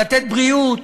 לתת בריאות.